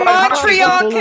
Montreal